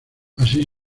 así